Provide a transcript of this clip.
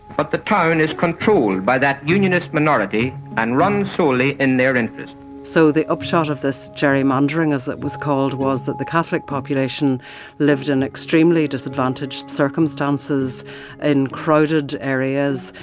but the town is controlled by that unionist minority and run solely in their interests so the upshot of this gerrymandering, as it was called, was that the catholic population lived in extremely disadvantaged circumstances in crowded areas.